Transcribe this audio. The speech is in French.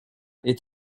est